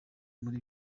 muri